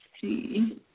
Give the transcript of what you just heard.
see